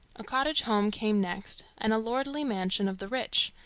a cottage home came next, and a lordly mansion of the rich,